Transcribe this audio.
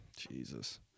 Jesus